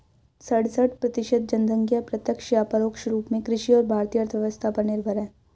सड़सठ प्रतिसत जनसंख्या प्रत्यक्ष या परोक्ष रूप में कृषि और भारतीय अर्थव्यवस्था पर निर्भर है